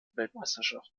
weltmeisterschaft